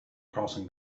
crossing